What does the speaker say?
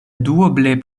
duoble